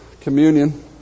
communion